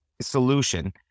solution